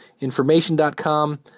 Information.com